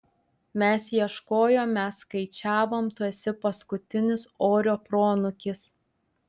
mes ieškojom mes skaičiavom tu esi paskutinis orio proanūkis